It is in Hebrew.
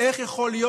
זה הכול.